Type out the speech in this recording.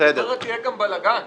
אחרת יהיה גם בלגן.